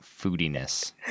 foodiness